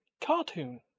cartoon